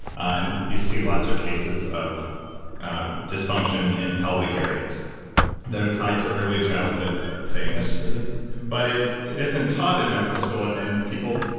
and you see lots of cases of disfunction in pelvic areas that are tied to early childhood things absolutely but it it isn't taught in medical school, and and people,